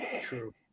True